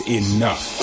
enough